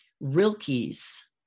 Rilke's